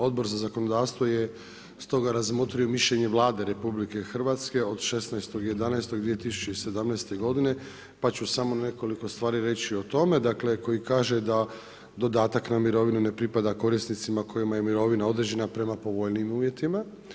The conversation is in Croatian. Odbor za zakonodavstvo je stoga razmotri mišljenje Vlade RH od 16.11.2017. godine pa ću samo nekoliko stvari reći o tome, dakle koje kaže da dodatak na mirovinu ne pripada korisnicima kojima je mirovina određena prema povoljnijim uvjetima.